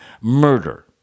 murder